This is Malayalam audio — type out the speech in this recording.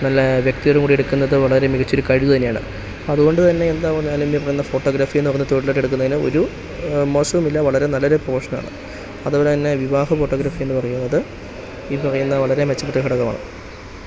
നല്ല വ്യക്തയോടും കൂടി എടുക്കുന്നത് വളരെ മികച്ചൊരു കഴിവ് തന്നെയാണ് അതുകൊണ്ട് തന്നെ എന്താ പറഞ്ഞാലും ഈ പന്ന ഫോട്ടോഗ്രാഫിയെന്ന് പറഞ്ഞൊരു തൊഴിലായിട്ട് എടുക്കുന്നതിന് ഒരു മോശമില്ല വളരെ നല്ലൊരു പോഷ്നാണ് അതെപോലെ തന്നെ വിവാഹ ഫോട്ടോഗ്രാഫി എന്ന് പറയുന്നത് ഈ പറയുന്ന വളരെ മെച്ചപ്പെട്ടൊരു ഘടകമാണ്